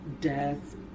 death